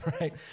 right